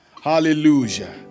Hallelujah